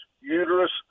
uterus